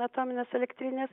atominės elektrinės